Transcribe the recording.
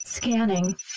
Scanning